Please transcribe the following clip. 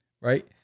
Right